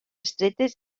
estretes